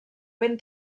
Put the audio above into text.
ben